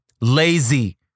Lazy